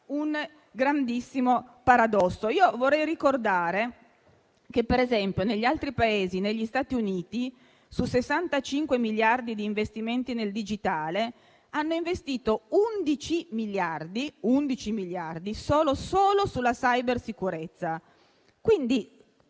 un grandissimo paradosso. Vorrei ricordare che negli altri Paesi, per esempio negli Stati Uniti, su 65 miliardi di investimenti nel digitale, sono stati investiti 11 miliardi solo sulla cybersicurezza.